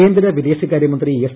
കേന്ദ്ര വിദേശകാര്യ മന്ത്രി എസ്